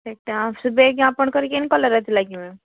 ସେଟା ସେ ବ୍ୟାଗ୍ ଆପଣଙ୍କର କେନ୍ କଲର୍ର ଥିଲା କି ମ୍ୟାମ୍